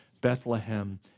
Bethlehem